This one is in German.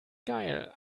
geil